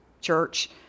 church